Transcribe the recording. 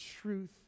truth